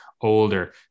older